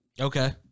Okay